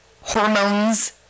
hormones